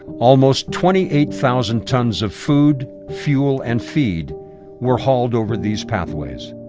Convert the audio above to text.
almost twenty eight thousand tons of food, fuel, and feed were hauled over these pathways.